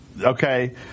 okay